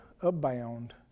abound